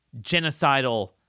genocidal